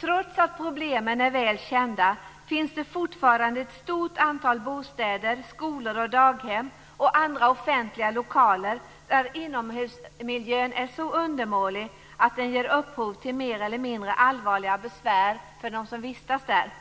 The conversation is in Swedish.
Trots att problemen är väl kända finns det fortfarande ett stort antal bostäder, skolor, daghem och andra offentliga lokaler där inomhusmiljön är så undermålig att den ger upphov till mer eller mindre allvarliga besvär hos dem som vistas där.